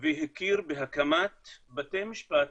והכיר בהקמת בתי משפט